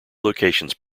locations